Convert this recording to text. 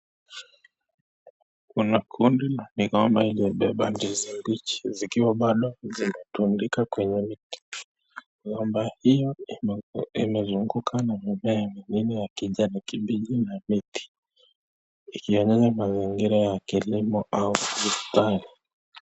Kuna kundi la migomba imebeba ndizi mbichi zikiwa bado zimetundika kwenye miti. Migomba hiyo imezungukwa na mimea mingine ya kijani kibichi na miti, ikionyesha mazingira ya kilimo na